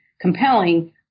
compelling